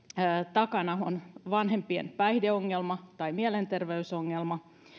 takana on vanhempien päihdeongelma tai mielenterveysongelma